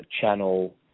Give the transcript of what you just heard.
Channel